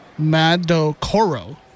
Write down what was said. Madocoro